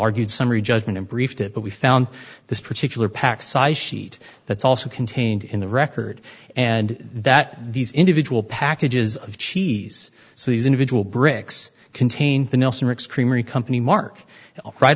argued summary judgment and briefed it but we found this particular pack size sheet that's also contained in the record and that these individual packages of cheese so these individual bricks contain the nelson mix creamery company mark right